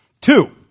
Two